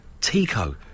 Tico